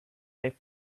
they